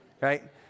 right